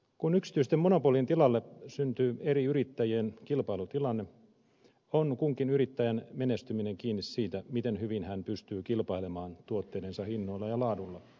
kun yksityisten monopolien tilalle syntyy eri yrittäjien kilpailutilanne on kunkin yrittäjän menestyminen kiinni siitä miten hyvin hän pystyy kilpailemaan tuotteidensa hinnoilla ja laadulla